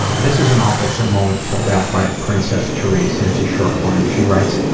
um this is an awefulsome moment filled out by princess terrice and it's a short one. she writes,